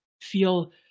feel